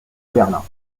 berlin